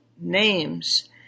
names